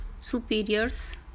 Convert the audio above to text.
superiors